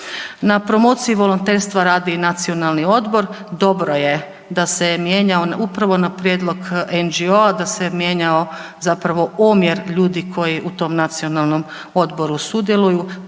Na promociji volonterstva radi i nacionalni odbor, dobro je da se mijenjao upravo na prijedlog NGO, da se je mijenjao zapravo omjer ljudi koji u tom nacionalnom odboru sudjeluju